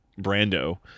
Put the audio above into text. Brando